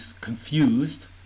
confused